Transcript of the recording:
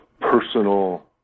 personal